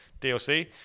DLC